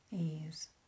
Ease